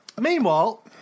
Meanwhile